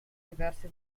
diverse